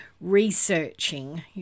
researching